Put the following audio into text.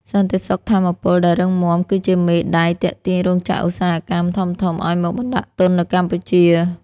សន្តិសុខថាមពលដែលរឹងមាំគឺជាមេដែកទាក់ទាញរោងចក្រឧស្សាហកម្មធំៗឱ្យមកបណ្ដាក់ទុននៅកម្ពុជា។